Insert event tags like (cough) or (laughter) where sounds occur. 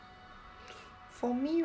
(breath) for me